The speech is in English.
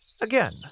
Again